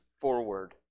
forward